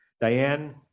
Diane